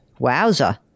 Wowza